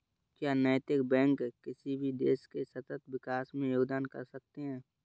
क्या नैतिक बैंक किसी भी देश के सतत विकास में योगदान कर सकते हैं?